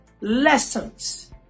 lessons